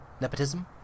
nepotism